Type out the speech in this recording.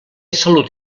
salut